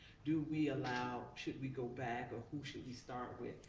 do we allow, should we go back, or who should we start with,